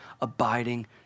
abiding